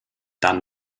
dann